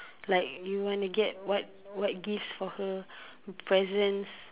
like you want to get what what gifts for her presents